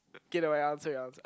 okay never mind you answer you answer